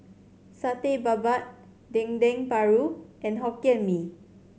Satay Babat Dendeng Paru and Hokkien Mee